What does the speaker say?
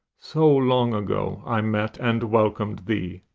so long ago, i met and welcomed thee.